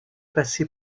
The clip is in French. passer